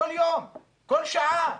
כל יום, כל שעה,